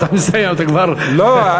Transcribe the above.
אתה כבר, לא.